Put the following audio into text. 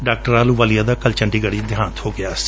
ਡਾ ਆਹਲੂਵਾਲੀਆ ਦਾ ਕੱਲ੍ ਚੰਡੀਗਤ੍ਪ ਵਿਚ ਦੇਹਾਂਤ ਹੋ ਗਿਆ ਸੀ